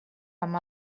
amb